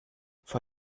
vor